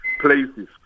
places